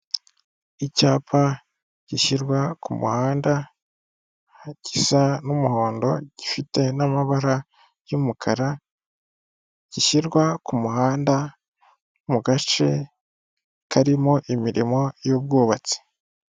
Icyapa gishyirwa ku muhanda gisa n'umuhondo gifite n'amabara y'umukara, gishyirwa ku muhanda mu gace karimo imirimo y'ubwubatsi.